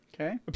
Okay